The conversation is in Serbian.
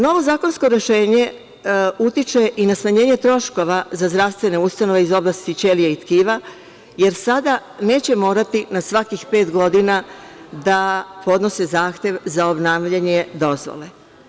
Novo zakonsko rešenje utiče i na smanjenje troškova za zdravstvene ustanove iz oblasti ćelija i tkiva jer sada neće morati na svakih pet godina da podnose zahtev za obnavljanje dozvole.